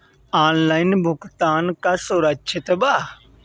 Online भुगतान का सुरक्षित बा?